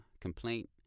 complaint